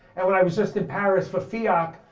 and when i was just in paris for fiac,